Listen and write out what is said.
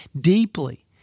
deeply